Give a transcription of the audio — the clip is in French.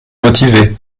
motivés